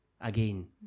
again